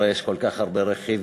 הרי יש כל כך הרבה רכיבים: